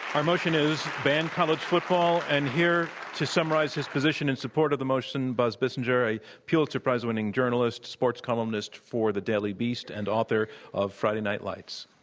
our motion is ban college football. and here to summarize his position in support of the motion, buzz bissinger, a pulitzer price-winning journalist, sports columnist for the daily beast and author of friday night lights.